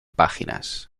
páginas